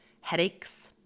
headaches